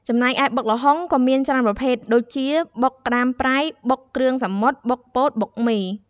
ចំណែកឯបុកល្ហុងក៏មានជាច្រើនប្រភេទដែរ ដូចជា៖ បុកក្តាមប្រៃ បុកគ្រឿងសមុទ្រ បុកពោត បុកមី។